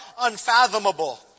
unfathomable